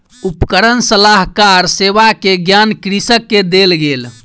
उपकरण सलाहकार सेवा के ज्ञान कृषक के देल गेल